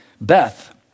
Beth